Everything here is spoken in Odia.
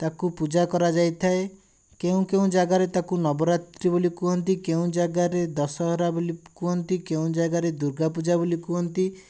ତାକୁ ପୂଜା କରାଯାଇଥାଏ କେଉଁ କେଉଁ ଜାଗାରେ ତାକୁ ନବରାତ୍ରି ବୋଲି କୁହନ୍ତି କେଉଁ ଜାଗାରେ ଦଶହରା ବୋଲି କୁହନ୍ତି କେଉଁ ଜାଗାରେ ଦୁର୍ଗାପୂଜା ବୋଲି କୁହନ୍ତି